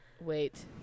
Wait